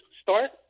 start